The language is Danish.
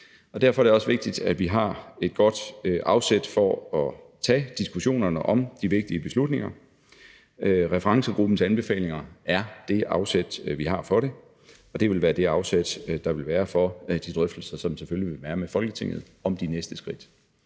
derfor er det også vigtigt, at vi har et godt afsæt for at tage diskussionerne om de vigtige beslutninger. Referencegruppens anbefalinger er det afsæt, vi har for det, og det vil være det afsæt, der vil være for de drøftelser, som der selvfølgelig vil være med Folketinget af de næste skridt.